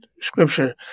scripture